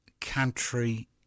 country